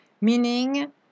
meaning